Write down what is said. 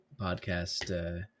podcast